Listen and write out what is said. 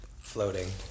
floating